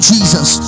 Jesus